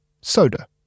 soda